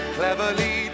cleverly